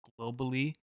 globally